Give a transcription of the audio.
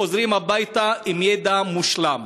חוזרים הביתה עם ידע מושלם.